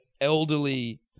elderly